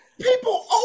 people